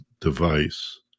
device